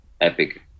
epic